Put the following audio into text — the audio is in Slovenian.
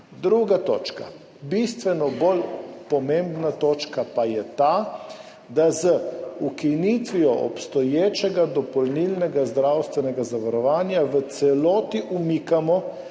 Druga točka, bistveno bolj pomembna točka, pa je ta, da z ukinitvijo obstoječega dopolnilnega zdravstvenega zavarovanja v celoti umikamo